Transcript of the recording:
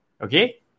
Okay